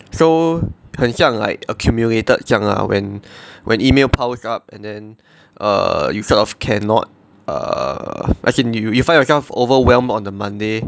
so 很像 like accumulated 这样 lah when when email piles up and then err you sort of cannot err as in you you find yourself overwhelmed on the monday